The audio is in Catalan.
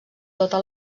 tota